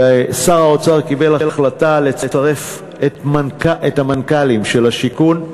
ושר האוצר קיבל החלטה לצרף את המנכ"לים של השיכון,